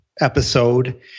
episode